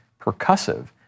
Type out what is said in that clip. percussive